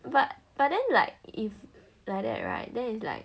but but then like if like that [right] then it's like